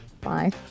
bye